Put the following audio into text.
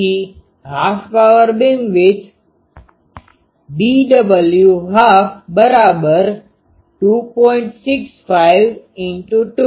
તેથી half power beamwidth BW122